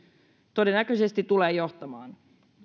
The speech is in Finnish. todennäköisesti tulee johtamaan